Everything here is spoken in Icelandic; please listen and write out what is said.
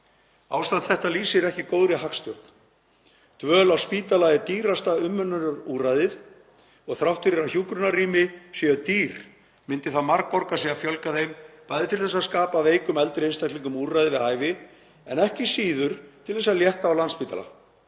Ástand þetta lýsir ekki góðri hagstjórn. Dvöl á spítala er dýrasta umönnunarúrræðið og þrátt fyrir að hjúkrunarrými séu dýr myndi það margborga sig að fjölga þeim, bæði til að skapa veikum eldri einstaklingum úrræði við hæfi en ekki síður til að létta á Landspítala